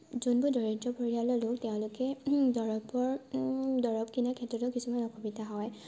যোনবোৰ দৰিদ্ৰ পৰিয়ালৰ লোক তেওঁলোকে দৰৱৰ দৰৱবোৰ কিনাৰ ক্ষেত্ৰতো কিছুমান অসুবিধা হয়